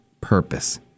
purpose